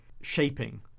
shaping